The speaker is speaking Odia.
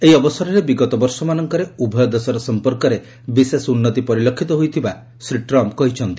ଏହି ଅବସରରେ ବିଗତବର୍ଷମାନଙ୍କରେ ଉଭୟ ଦେଶର ସଂପର୍କରେ ବିଶେଷ ଉନ୍ନତି ପରିଲକ୍ଷିତ ହୋଇଥିବା ଶ୍ରୀ ଟ୍ରମ୍ପ କହିଛନ୍ତି